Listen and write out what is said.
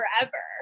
forever